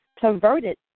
perverted